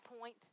point